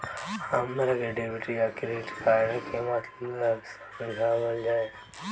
हमरा के डेबिट या क्रेडिट कार्ड के मतलब समझावल जाय?